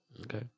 Okay